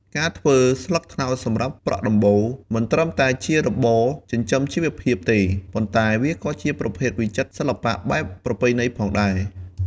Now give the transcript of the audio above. ការធ្វើ ស្លឹកត្នោតសម្រាប់ប្រក់ដំបូល មិនត្រឹមតែជារបរចិញ្ចឹមជីវភាពទេ ប៉ុន្តែក៏ជាប្រភេទវិចិត្រសិល្បៈបែបប្រពៃណីផងដែរ។